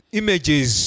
images